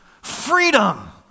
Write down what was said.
Freedom